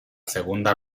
segunda